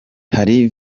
hari